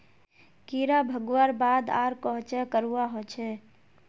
कीड़ा भगवार बाद आर कोहचे करवा होचए?